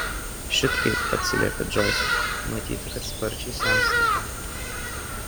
šit kaip atsiliepė džoisas matyti kad sparčiai senstate